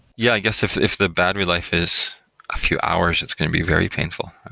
yeah, i guess if if the battery life is a few hours, it's going to be very painful.